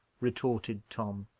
retorted tom.